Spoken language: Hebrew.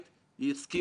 היה לי חשוב להגיד אותם.